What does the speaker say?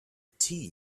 tea